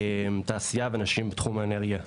תעשייה ונשים בתחום האנרגיה.